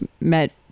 met